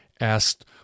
asked